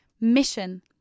mission